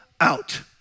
out